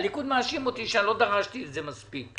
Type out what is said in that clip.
הליכוד מאשים אותי שלא דרשתי את זה מספיק.